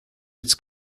its